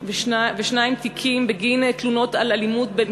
6,862 תיקים בגין תלונות על אלימות בין